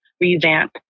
revamp